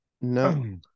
No